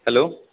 hello